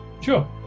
Sure